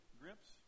grips